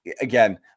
again